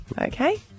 Okay